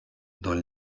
dans